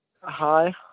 Hi